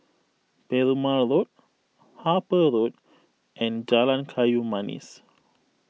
Perumal Road Harper Road and Jalan Kayu Manis